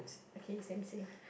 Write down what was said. okay same same